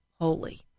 holy